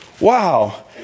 Wow